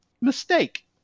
mistake